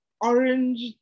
orange